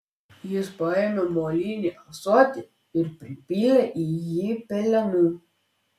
jis paėmė molinį ąsotį ir pripylė į jį pelenų